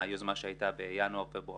היוזמה שהייתה בינואר-פברואר-מרס,